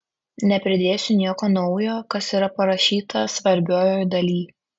nepridėsiu nieko naujo kas yra parašyta svarbiojoj daly